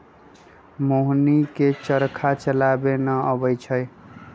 मोहिनी के चरखा चलावे न अबई छई